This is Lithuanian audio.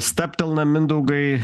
stabtelnam mindaugai